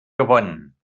gewonnen